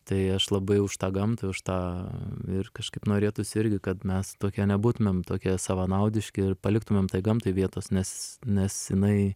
tai aš labai už tą gamtą už tą ir kažkaip norėtųsi irgi kad mes tokie nebūtumėm tokie savanaudiški ir paliktumėm gamtai vietos nes nes jinai